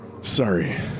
sorry